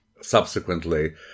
subsequently